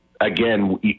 again